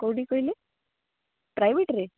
କେଉଁଠିକି କହିଲେ ପ୍ରାଇଭେଟ୍ରେ